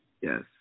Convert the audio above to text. yes